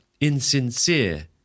insincere